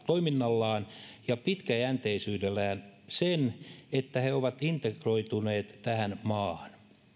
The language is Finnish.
toiminnallaan ja pitkäjänteisyydellään sen että he ovat integroituneet tähän maahan